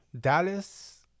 Dallas